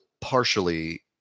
partially